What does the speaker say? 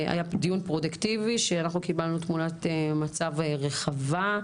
דיון פרודוקטיבי ואנחנו קיבלנו תמונת מצב רחבה.